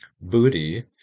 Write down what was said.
Booty